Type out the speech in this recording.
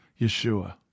Yeshua